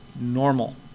normal